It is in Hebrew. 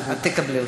את תקבלי אותה.